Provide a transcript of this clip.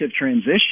transition